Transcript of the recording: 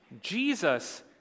Jesus